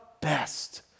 best